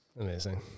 Amazing